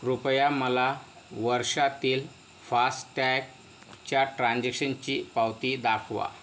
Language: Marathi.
कृपया मला वर्षातील फास्टॅगच्या ट्रान्झिशनची पावती दाखवा